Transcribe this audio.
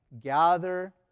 gather